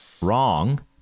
wrong